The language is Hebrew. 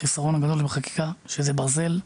החסרון הגדול בחקיקה הוא שזה ברזל.